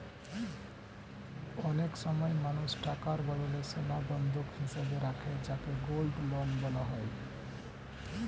অনেক সময় মানুষ টাকার বদলে সোনা বন্ধক হিসেবে রাখে যাকে গোল্ড লোন বলা হয়